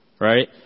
Right